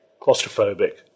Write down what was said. Claustrophobic